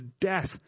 death